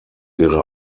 ihre